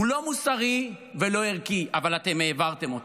הוא לא מוסרי ולא ערכי, אבל אתם העברתם אותו.